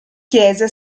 chiese